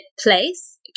place